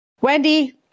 Wendy